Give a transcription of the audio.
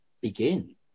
begin